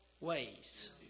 ways